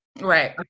Right